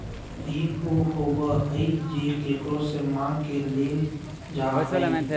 ऋण उ होबा हइ जे केकरो से माँग के लेल जा हइ